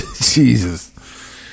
Jesus